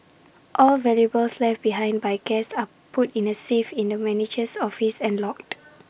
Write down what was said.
all valuables left behind by guests are put in A safe in the manager's office and logged